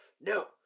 no